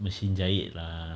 machine jahit lah